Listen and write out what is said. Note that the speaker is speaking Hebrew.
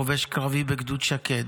חובש קרבי בגדוד שקד.